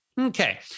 Okay